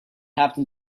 happen